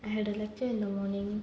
I had a lecture in the morning